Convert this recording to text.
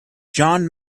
john